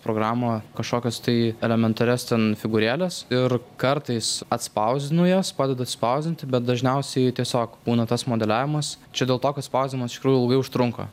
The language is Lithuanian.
programą kažkokias tai elementarias ten figūrėles ir kartais atspausdinu jas padedu atspausdinti bet dažniausiai tiesiog būna tas modeliavimas čia dėl to kad spausdinimas iš tikrųjų ilgai užtrunka